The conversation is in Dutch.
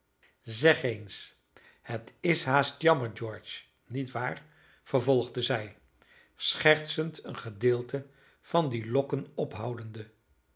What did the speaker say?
zeg eens het is haast jammer george niet waar vervolgde zij schertsend een gedeelte van die lokken ophoudende